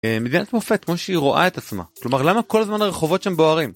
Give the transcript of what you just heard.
מדינת מופת, כמו שהיא רואה את עצמה, כלומר למה כל הזמן הרחובות שם בוערים?